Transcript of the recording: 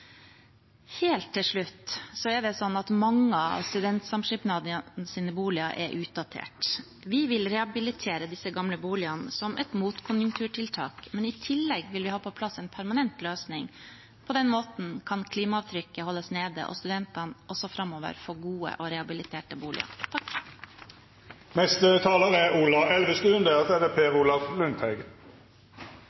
Helt til slutt: Mange av Studentsamskipnadenes boliger er utdatert. Vi vil rehabilitere disse gamle boligene som et motkonjunkturtiltak, men i tillegg vil vi ha på plass en permanent løsning. På den måten kan klimaavtrykket holdes nede og studentene også framover få gode og rehabiliterte boliger. Det er